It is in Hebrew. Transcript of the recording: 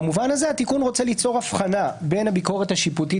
במובן הזה התיקון רוצה ליצור הבחנה בין הביקורת השיפוטית